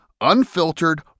unfiltered